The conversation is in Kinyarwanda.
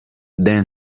dance